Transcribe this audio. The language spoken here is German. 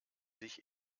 sich